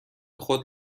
خود